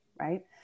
right